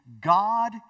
God